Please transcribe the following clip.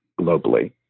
globally